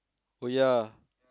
oh ya